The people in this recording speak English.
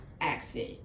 accent